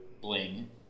bling